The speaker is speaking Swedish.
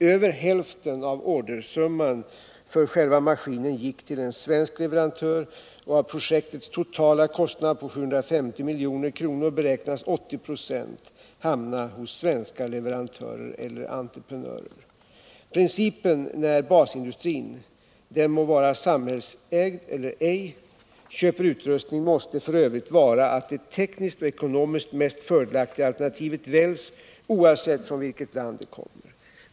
Över hälften av ordersumman för själva maskinen gick till en svensk leverantör, och av projektets totala kostnad på 750 milj.kr. beräknas 80 26 hamna hos svenska leverantörer eller entreprenörer. Principen när basindustrin — den må vara samhällsägd eller ej — köper utrustning måste f. ö. vara att det tekniskt och ekonomiskt mest fördelaktiga alternativet väljs oavsett från vilket land utrustningen kommer.